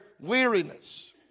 weariness